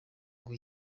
ngo